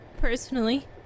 personally